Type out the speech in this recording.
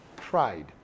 tried